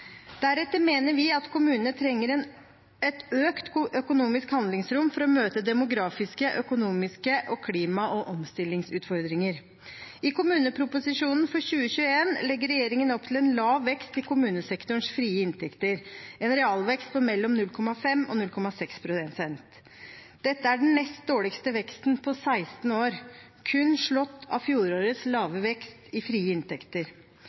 Deretter mener vi at kommunene trenger et økt økonomisk handlingsrom for å møte demografiske, økonomiske og klima- og omstillingsutfordringer. I kommuneproposisjonen for 2021 legger regjeringen opp til en lav vekst i kommunesektorens frie inntekter, en realvekst på mellom 0,5 pst. og 0,6 pst. Dette er den nest dårligste veksten på 16 år, kun slått av fjorårets lave vekst i frie inntekter.